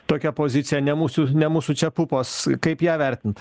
tokia pozicija ne mūsų ne mūsų čia pupos kaip ją vertint